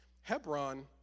Hebron